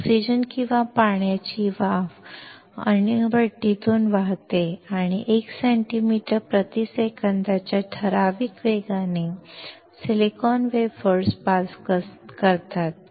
oxygen किंवा पाण्याची वाफ अणुभट्टीतून वाहते आणि 1 सेंटीमीटर प्रति सेकंदाच्या ठराविक वेगाने सिलिकॉन वेफर्स पास करतात